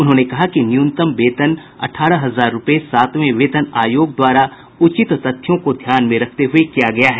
उन्होंने कहा कि न्यूनतम वेतन अठारह हजार रूपये सातवें वेतन आयोग द्वारा उचित तथ्यों को ध्यान में रखते हुए किया गया है